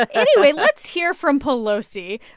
ah anyway, let's hear from pelosi.